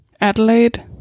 Adelaide